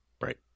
right